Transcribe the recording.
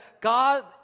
God